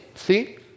See